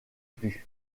plus